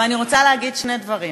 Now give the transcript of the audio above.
אני רוצה להגיד שני דברים,